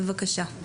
בבקשה.